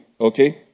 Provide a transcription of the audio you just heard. okay